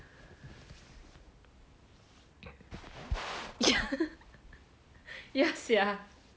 ya ya sia